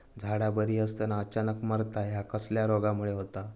झाडा बरी असताना अचानक मरता हया कसल्या रोगामुळे होता?